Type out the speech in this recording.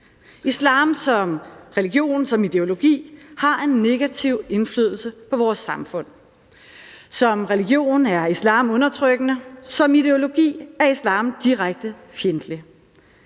Islam som religion, som ideologi har en negativ indflydelse på vores samfund. Som religion er islam undertrykkende. Som ideologi er islam direkte fjendtlig.